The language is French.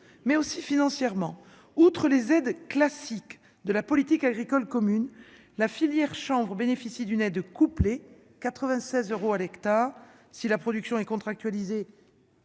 mais aussi financièrement, outre les aides classiques de la politique agricole commune, la filière chambre bénéficient d'une aide couplée quatre-vingt-seize euros à l'hectare, si la production et contractualiser.